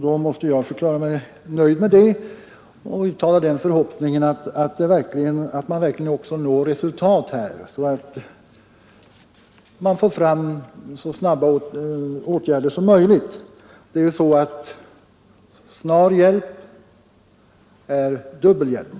Då måste jag förklara mig nöjd och uttala den förhoppningen att man verkligen också når resultat, så att man får fram så snabba åtgärder som möjligt. Snar hjälp är dubbel hjälp.